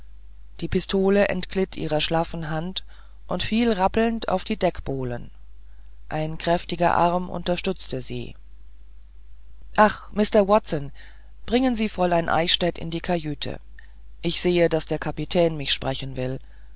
die pistole entglitt ihrer schlaffen hand und fiel rappelnd auf die deckbohle ein kräftiger arm unterstützte sie ach mr watson bringen sie fräulein eichstädt in die kajüte ich sehe daß der kapitän mich sprechen will